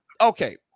Okay